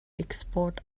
export